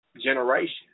generation